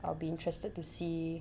I'll be interested to see